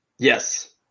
Yes